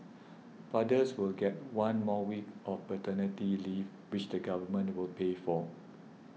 fathers will get one more week of paternity leave which the Government will pay for